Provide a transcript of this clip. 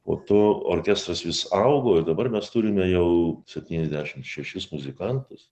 po to orkestras vis augo ir dabar mes turime jau septyniasdešim šešis muzikantus